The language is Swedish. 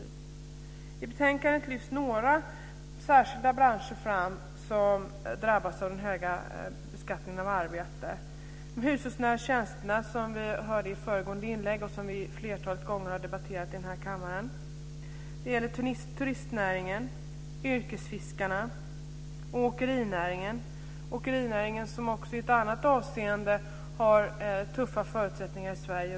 I betänkandet lyfts några särskilda branscher fram som drabbas av den höga beskattningen av arbete. Det gäller de hushållsnära tjänsterna, som vi hörde i föregående inlägg och som vi flera gånger har debatterat i den här kammaren. Det gäller turistnäringen, yrkesfiskarna och åkerinäringen. Åkerinäringen har också i ett annat avseende tuffa förutsättningar i Sverige.